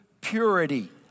purity